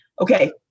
Okay